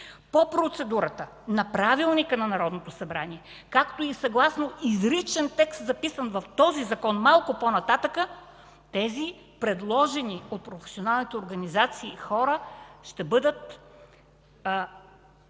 по процедурата на Правилника на Народното събрание, както и съгласно изричен текст, записан в този Закон малко по-нататък, предложените от професионалните организации хора ще преминат